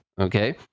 okay